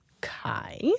Kai